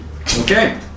Okay